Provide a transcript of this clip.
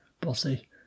Bossy